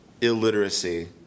illiteracy